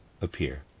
appear